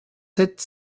sept